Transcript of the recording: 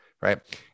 right